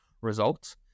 results